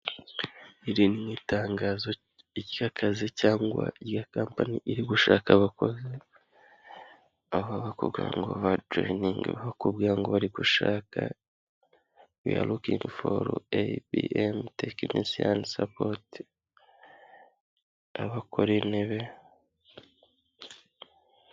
Iri ni itangazo ry'akazi cyangwa rya kampani iri gushaka abakozi aho bakubwira ngo bajoyininge bakubwira ngo bari gushaka wiya lukingi foru eyibiyemu tekinisiyani sapoti abakora intebe.